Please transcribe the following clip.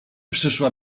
przyszła